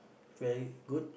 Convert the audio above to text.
very good